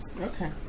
okay